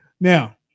Now